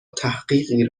تحقیقی